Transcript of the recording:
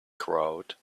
crowd